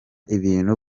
ibintu